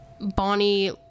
Bonnie